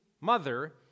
mother